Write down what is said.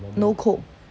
no coke